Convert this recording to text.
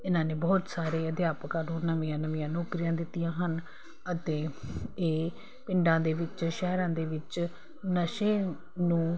ਇਹਨਾਂ ਨੇ ਬਹੁਤ ਸਾਰੇ ਅਧਿਆਪਕਾਂ ਨੂੰ ਨਵੀਆਂ ਨਵੀਆਂ ਨੌਕਰੀਆਂ ਦਿੱਤੀਆਂ ਹਨ ਅਤੇ ਇਹ ਪਿੰਡਾਂ ਦੇ ਵਿੱਚ ਸ਼ਹਿਰਾਂ ਦੇ ਵਿੱਚ ਨਸ਼ੇ ਨੂੰ